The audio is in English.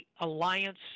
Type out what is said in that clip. alliance